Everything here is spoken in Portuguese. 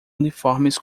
uniformes